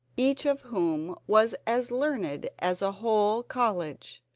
each of whom was as learned as a whole college.